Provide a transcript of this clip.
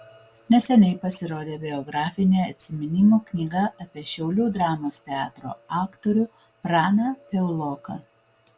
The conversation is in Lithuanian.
neseniai pasirodė biografinė atsiminimų knyga apie šiaulių dramos teatro aktorių praną piauloką